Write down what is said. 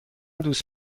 دوست